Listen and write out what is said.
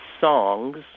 songs